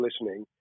listening